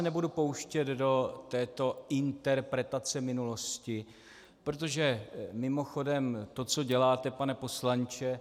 Nebudu se pouštět do této interpretace minulosti, protože, mimochodem, to, co děláte, pane poslanče .